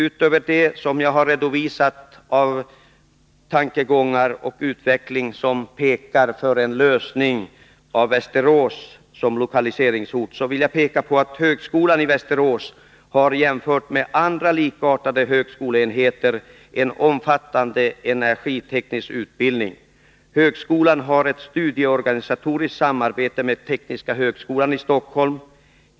Utöver de tankegångar som jag nu redovisar och som pekar mot att Västerås bör väljas som lokaliseringsort vill jag också framhålla att högskolan i Västerås jämfört med andra likartade högskoleenheter har en omfattande energiteknisk utbildning. Högskolan har ett studieorganisatoriskt samarbete med Tekniska högskolan i Stockholm.